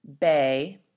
bay